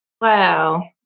wow